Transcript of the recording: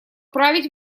править